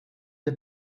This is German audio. der